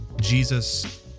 Jesus